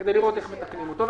כדי לראות איך מתקנים אותו.